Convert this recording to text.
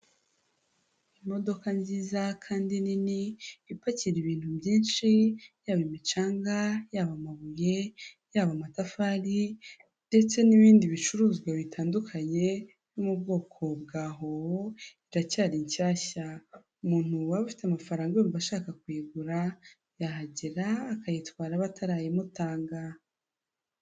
Imodoka nziza kandi nini ipakira ibintu byinshi yaba imicanga ,yaba amabuye, yaba amatafari ndetse n'ibindi bicuruzwa bitandukanye, n'ubwoko bwa hoho, iracyari nshyashya, umuntu waba ufite amafaranga yumva ashaka kuyigura yahagera akayitwara batarayimutanga.